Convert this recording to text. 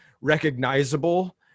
recognizable